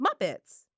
Muppets